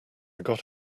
got